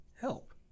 Help